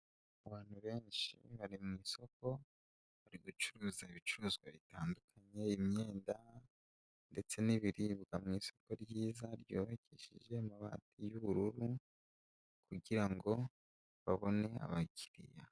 Abantu benshi bari mu isoko, bari gucuruza ibicuruzwa bitandukanye, imyenda ndetse n'ibiribwa mu isoko ryiza, ryubakishije amabati y'ubururu kugira ngo babone abakiriya.